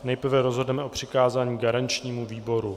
Nejprve rozhodneme o přikázání garančnímu výboru.